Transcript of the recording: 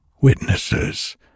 witnesses